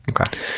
Okay